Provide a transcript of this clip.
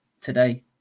today